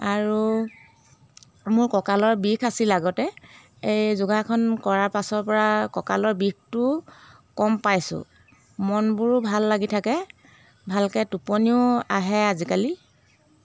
আৰু মোৰ কঁকালৰ বিষ আছিল আগতে এই যোগাসন কৰা পাছৰ পৰা কঁকালৰ বিষটো কম পাইছোঁ মনবোৰো ভাল লাগি থাকে ভালকৈ টোপনিও আহে আজিকালি